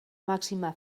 màxima